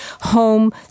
Home